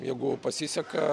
jeigu pasiseka